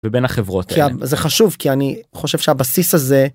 ובין החברות. זה חשוב כי אני חושב שהבסיס הזה.